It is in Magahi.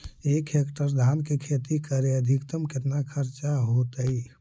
एक हेक्टेयर धान के खेती करे में अधिकतम केतना खर्चा होतइ?